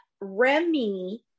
remy